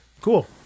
Cool